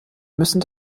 müssen